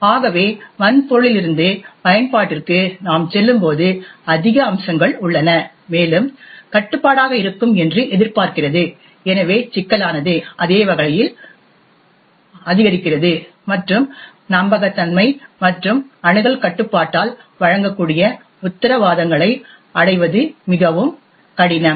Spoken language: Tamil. ஆகவே வன்பொருளிலிருந்து பயன்பாட்டிற்கு நாம் செல்லும்போது அதிக அம்சங்கள் உள்ளன மேலும் கட்டுப்பாடாக இருக்கும் என்று எதிர்பார்க்கிறது எனவே சிக்கலானது அதே வழியில் அதிகரிக்கிறது மற்றும் நம்பகத்தன்மை மற்றும் அணுகல் கட்டுப்பாட்டால் வழங்கக்கூடிய உத்தரவாதங்களை அடைவது மிகவும் கடினம்